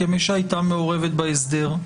כמי שהייתה מעורבת בהסדר,